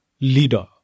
leader